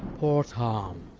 poor tom!